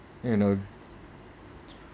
you know